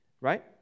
right